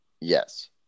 Yes